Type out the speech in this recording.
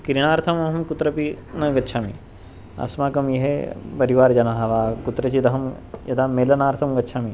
क्रिणार्थम् अहं कुत्रपि न गच्छामि अस्माकं यः परिवारजनाः वा कुत्रचिदहं यदा मेलनार्थं गच्छामि